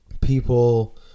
People